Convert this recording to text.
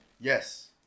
Yes